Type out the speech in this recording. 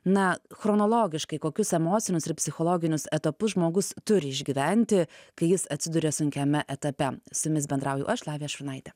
na chronologiškai kokius emocinius ir psichologinius etapus žmogus turi išgyventi kai jis atsiduria sunkiame etape su jumis bendrauju aš lavija šurnaitė